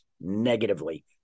negatively